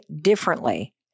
differently